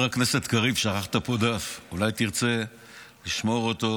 אולי תרצה לשמור אותו